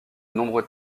nombreux